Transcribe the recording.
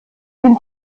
sind